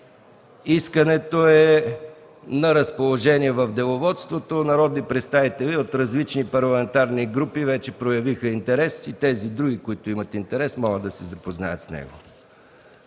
Искането е на разположение в Деловодството. Народни представители от различни парламентарни групи вече проявиха интерес. Други, които имат интерес, могат да се запознаят с него.